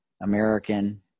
American